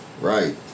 Right